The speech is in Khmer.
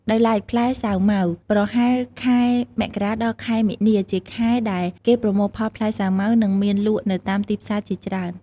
ដោយឡែកផ្លែសាវម៉ាវ ប្រហែលខែមករា ដល់ ខែមិនាជាខែដែលគេប្រមូលផលផ្លែសាវម៉ាវនិងមានលក់នៅតាមទីផ្សារជាច្រើន។